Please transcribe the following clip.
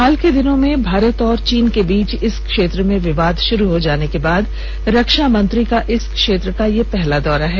हाल के दिनों में भारत और चीन के बीच इस क्षेत्र में विवाद शुरू होने के बाद रक्षा मंत्री का इस क्षेत्र का यह पहला दौरा है